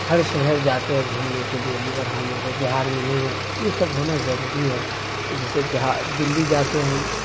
ہر شہر جاتے ہیں گھومنے کے لیے مگر ہمارے بہار میں نہیں ہے یہ سب ہونا ضروری ہے جیسے بہار دلی جاتے ہیں ہم